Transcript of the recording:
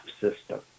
system